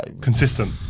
Consistent